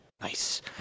Nice